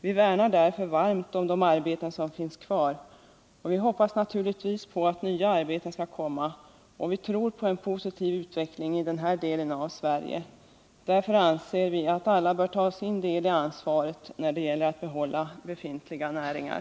Vi värnar därför varmt om de arbeten som finns kvar och hoppas naturligtvis att nya arbeten skall komma, eftersom vi tror på en positiv utveckling i denna del av Sverige. Därför anser vi att alla bör ta sin del av ansvaret när det gäller att behålla befintliga näringar.